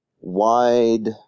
wide